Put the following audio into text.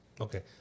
Okay